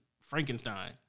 Frankenstein